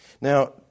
Now